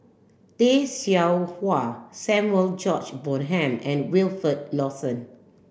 Tay Seow Huah Samuel George Bonham and Wilfed Lawson